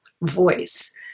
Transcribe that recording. voice